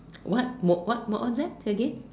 what mo~ what what's that say again